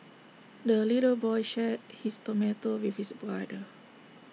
the little boy shared his tomato with his brother